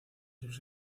sus